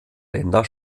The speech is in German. länder